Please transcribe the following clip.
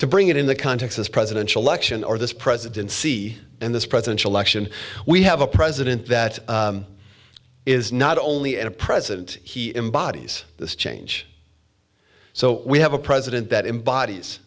to bring it in the context this presidential election or this presidency and this presidential election we have a president that is not only in a president he embodies this change so we have a president that embodies